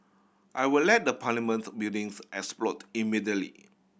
I will let the Parliaments buildings explode immediately